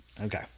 Okay